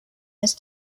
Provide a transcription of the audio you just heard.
this